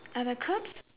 ah the clocks